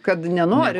kad nenori